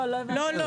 לא,